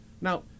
Now